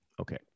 Okay